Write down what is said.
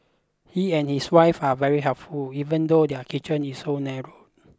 he and his wife are very helpful even though their kitchen is so narrow